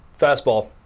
Fastball